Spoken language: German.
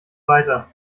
weiter